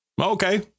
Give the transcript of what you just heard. Okay